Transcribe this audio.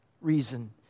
reason